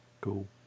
Cool